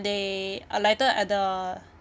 they alighted at the